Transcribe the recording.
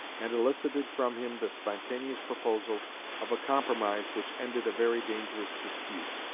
and elicited from him the spontaneous proposal of a compromise which ended a very dangerous dispute.